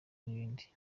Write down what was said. n’ibindi